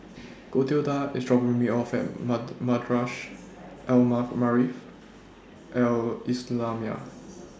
Clotilda IS dropping Me off At Madrasah Al Maarif Al Islamiah